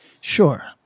Sure